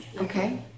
Okay